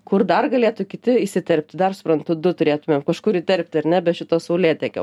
kur dar galėtų kiti įsiterpti dar suprantu du turėtumėm kažkur įterpti ar ne be šito saulėtekio